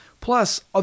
Plus